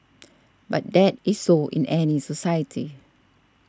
but that is so in any society